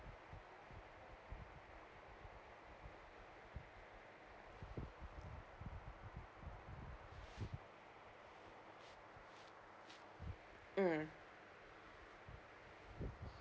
mm